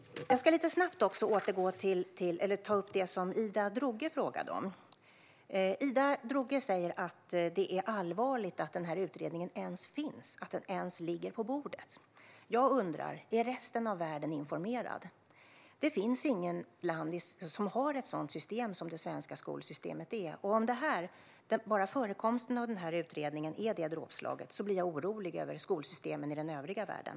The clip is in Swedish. Jag ska lite snabbt ta upp det som Ida Drougge frågade om. Ida Drougge säger att det är allvarligt att den här utredningen ens finns och ligger på bordet. Jag undrar om resten av världen är informerad. Det finns inget annat land som har ett sådant system som det svenska skolsystemet. Om bara förekomsten av den här utredningen är dråpslaget blir jag orolig över skolsystemen i den övriga världen.